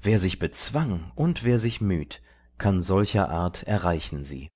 wer sich bezwang und wer sich müht kann solcherart erreichen sie